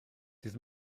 dydd